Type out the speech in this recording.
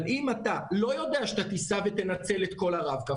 אבל אם אתה לא יודע שאתה תיסע ותנצל את כל הרב-קו,